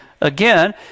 again